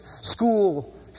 school